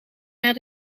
naar